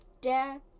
Dad